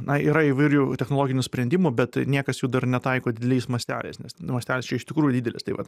na yra įvairių technologinių sprendimų bet tai niekas jų dar netaiko dideliais masteliais nes mastelis čia iš tikrųjų didelis tai vat